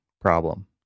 problem